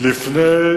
לפני